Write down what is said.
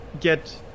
get